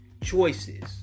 Choices